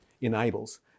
enables